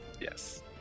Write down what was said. Yes